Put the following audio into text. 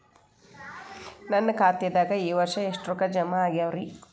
ನನ್ನ ಖಾತೆದಾಗ ಈ ವರ್ಷ ಎಷ್ಟು ರೊಕ್ಕ ಜಮಾ ಆಗ್ಯಾವರಿ?